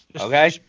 okay